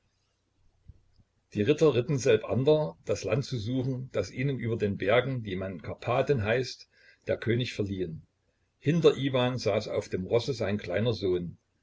die ritter ritten selbander das land zu suchen das ihnen über den bergen die man karpathen heißt der könig verliehen hinter iwan saß auf dem rosse sein kleiner sohn